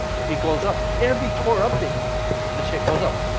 it goes up every quarter update the show goes up,